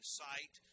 sight